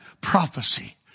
prophecy